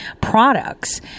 products